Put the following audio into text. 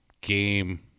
game